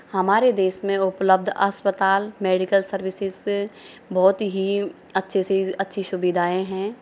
हमारे देश में उपलब्ध अस्पताल मेडिकल सर्विसेस बहुत ही अच्छी सी अच्छी सुविधाएं हैं